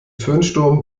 föhnsturm